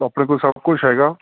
ਆਪਣੇ ਕੋਲ ਸਭ ਕੁਛ ਹੈਗਾ